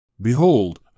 behold